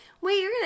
Wait